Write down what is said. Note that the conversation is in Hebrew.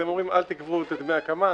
הם אומרים: אל תיגבו דמי הקמה.